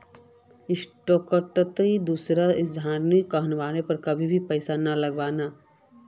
स्टॉकत दूसरा झनार कहनार पर कभी पैसा ना लगा